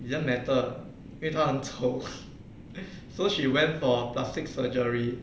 it didn't matter 因为她很丑 so she went for plastic surgery